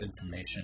information